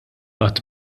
qatt